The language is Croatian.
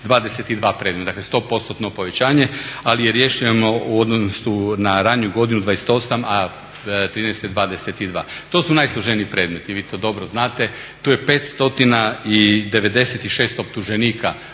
22 predmeta. Dakle 100%tno povećanje. Ali je riješeno u odnosu na raniju godinu 28, a 2013. 22. To su najsloženiji predmeti vi to dobro znate, tu je 596 optuženika